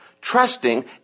Trusting